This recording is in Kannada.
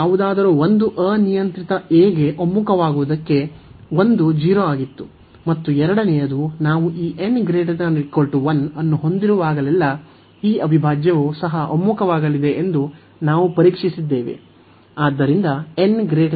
ಯಾವುದಾದರೂ ಒಂದು ಅನಿಯಂತ್ರಿತ a ಗೆ ಒಮ್ಮುಖವಾಗುವುದಕ್ಕೆ ಒಂದು 0 ಆಗಿತ್ತು ಮತ್ತು ಎರಡನೆಯದು ನಾವು ಈ n≥1 ಅನ್ನು ಹೊಂದಿರುವಾಗಲೆಲ್ಲಾ ಈ ಅವಿಭಾಜ್ಯವು ಸಹ ಒಮ್ಮುಖವಾಗಲಿದೆ ಎಂದು ನಾವು ಪರೀಕ್ಷಿಸಿದ್ದೇವೆ